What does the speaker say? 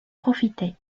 profité